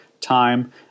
time